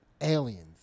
aliens